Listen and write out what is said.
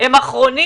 הם אחרונים,